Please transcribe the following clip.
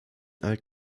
alt